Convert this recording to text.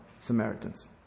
Samaritans